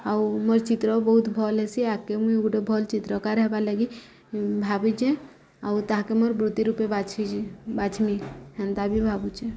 ଆଉ ମୋର୍ ଚିତ୍ର ବହୁତ୍ ଭଲ୍ ହେସି ଆଗ୍କେ ମୁଇଁ ଗୁଟେ ଭଲ୍ ଚିତ୍ରକାର ହେବାର୍ ଲାଗି ଭାବିଚେଁ ଆଉ ତାହାକେ ମୋର୍ ବୃତ୍ତି ରୂପେ ବାଛିଚେଁ ବାଛ୍ମି ହେନ୍ତା ବି ଭାବୁଚେଁ